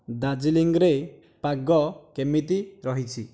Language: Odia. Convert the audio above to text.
ଦାର୍ଜିଲିଂରେ ପାଗ କେମିତି ରହିଛି